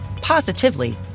positively